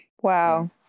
wow